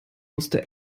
musste